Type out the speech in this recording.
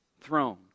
throne